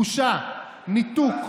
בושה, ניתוק,